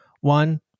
One